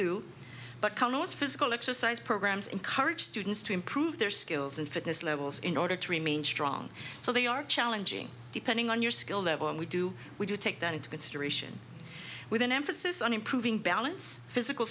do but cannot physical exercise programs encourage students to improve their skills and fitness levels in order to remain strong so they are challenging depending on your skill level and we do we do take that into consideration with an emphasis on improving balance physical